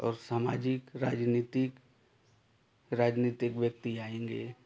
और सामाजिक राजनीतिक राजनीतिक व्यक्ति आएँगे